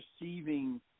receiving